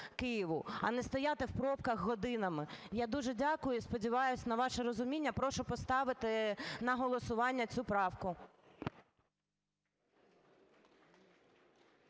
а не стояти в пробках годинами. Я дуже дякую, і сподіваюся на ваше розуміння. Прошу поставити на голосування цю правку.